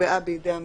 שנקבעה בידי המדינה.